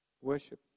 Worship